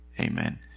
Amen